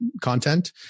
content